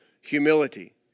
humility